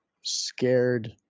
scared